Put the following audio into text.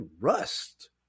Rust